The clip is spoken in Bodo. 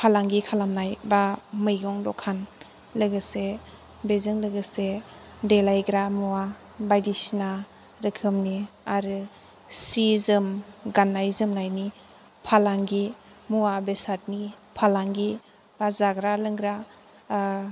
फालांगि खालामनाय बा मैगं दखान लोगोसे बेजों लोगोसे देलाइग्रा मुवा बाइदिसिना रोखोमनि आरो सि जोम गाननाय जोमनायनि फालांगि मुवा बेसादनि फालांगि बा जाग्रा लोंग्रा